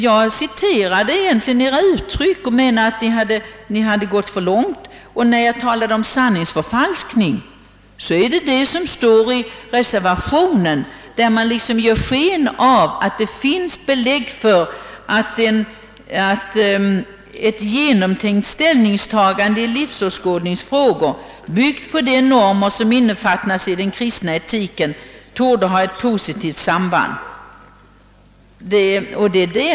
Jag citerade egentligen bara era uttryck och menade att ni hade gått för långt. Och när jag talar om sanningsförfalskning syftar jag på det avsnitt i reservationen, där ni ger sken av att det finns belägg för att »ett genomtänkt ställningstagande i livsåskådningsfrågor, byggt på de normer som innefattas i den kristna etiken, torde ha ett positivt samband med ansvarsoch pliktmedvetande».